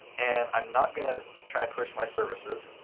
and i'm not going to try and push my services.